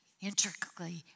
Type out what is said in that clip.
intricately